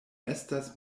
estas